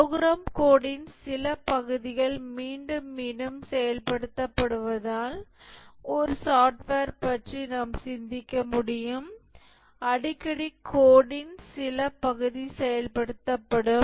program கோடின் சில பகுதிகள் மீண்டும் மீண்டும் செயல்படுத்தப்படுவதால் ஒரு சாஃப்ட்வேர்ப் பற்றி நாம் சிந்திக்க முடியும் அடிக்கடி கோடின் சில பகுதி செயல்படுத்தப்படும்